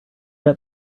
get